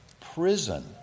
prison